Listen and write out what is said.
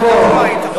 לא לתוצאות.